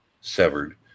severed